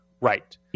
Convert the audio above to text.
Right